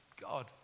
God